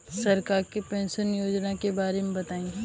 सरकार के पेंशन योजना के बारे में बताईं?